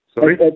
Sorry